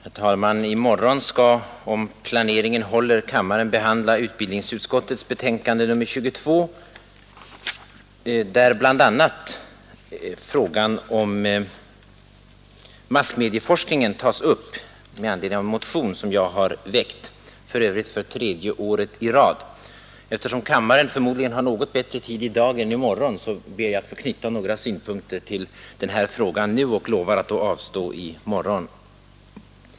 Herr talman! I morgon skall, om planeringen håller, kammaren behandla utbildningsutskottets betänkande nr 22, där bl.a. frågan om massmedieforskningen tas upp med anledning av en motion som jag har väckt, för övrigt för tredje året i rad. Eftersom kammaren förmodligen har något bättre tid i dag än i morgon ber jag få knyta några synpunkter till den här frågan nu och lovar att då avstå i morgon.